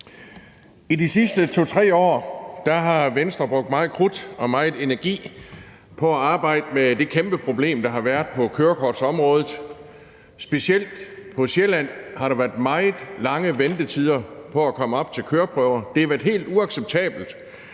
I de sidste 2-3 år har Venstre brugt meget krudt og megen energi på at arbejde med det kæmpe problem, der har været på kørekortområdet. Specielt på Sjælland har der været meget lange ventetider på at komme op til køreprøve. Det har været helt uacceptabelt,